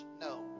no